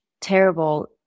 terrible